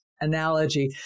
analogy